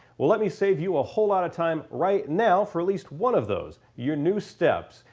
well let me save you a whole lot of time right now for at least one of those, your new steps.